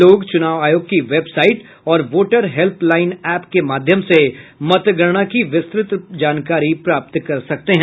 लोग चुनाव आयोग की वेबसाइट और वोटर हेल्पलाईन ऐप के माध्यम से मतगणना की विस्तृत जानकारी प्राप्त कर सकते हैं